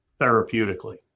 therapeutically